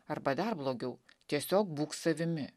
arba dar blogiau tiesiog būk savimi